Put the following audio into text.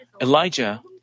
Elijah